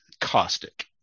caustic